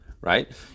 right